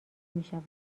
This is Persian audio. میشود